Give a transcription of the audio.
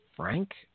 Frank